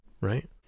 right